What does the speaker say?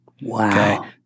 Wow